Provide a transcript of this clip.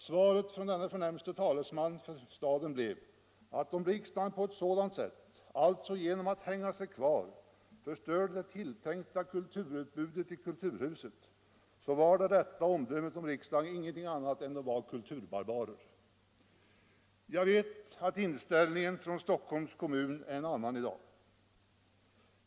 Svaren från denne förnämste talesman för staden blev: Om riksdagen på ett sådant sätt —- alltså genom att hänga sig kvar —- förstörde det tilltänkta kulturutbudet i Kulturhuset vore det rätta omdömet att ombuden för riksdagen ingenting annat var än en rad kulturbarbarer. Jag vet att inställningen från Stockholms kommun är en annan i dag.